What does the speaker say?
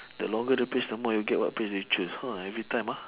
the longer the phrase the more you get what phrase do you choose !wah! every time ah